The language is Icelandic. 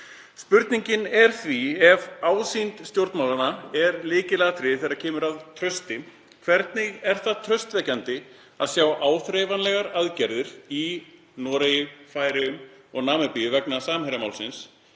Spurningin er því: Ef ásýnd stjórnmálanna er lykilatriði, þegar kemur að trausti, hvernig er það traustvekjandi að sjá áþreifanlegar aðgerðir í Noregi, Færeyjum og Namibíu vegna Samherjamálsins,